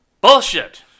Bullshit